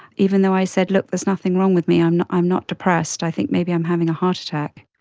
even though i said, look, there's nothing wrong with me, i'm i'm not depressed, i think maybe i'm having a heart attack.